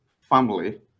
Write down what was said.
family